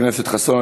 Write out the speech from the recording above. חבר הכנסת חסון,